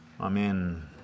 Amen